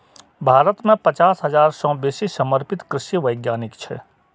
भारत मे पचास हजार सं बेसी समर्पित कृषि वैज्ञानिक छै